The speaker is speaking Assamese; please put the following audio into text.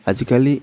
আজিকালি